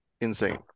insane